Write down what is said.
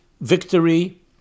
victory